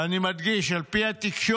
ואני מדגיש: על פי התקשורת,